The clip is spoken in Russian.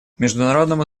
международному